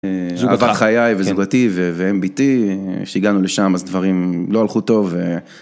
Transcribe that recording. אהבת חיי וזוגתי ואם ביתי, כשהגענו לשם אז דברים לא הלכו טוב.